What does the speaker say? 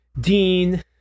Dean